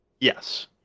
Yes